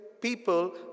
people